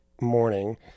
morning